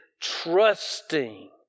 trusting